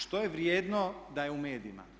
Što je vrijedno da je u medijima.